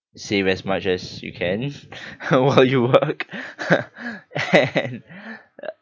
save as much as you can while you work and